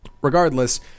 regardless